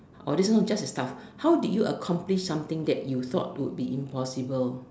oh this one just as tough how did you accomplish something than you though to be impossible